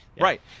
right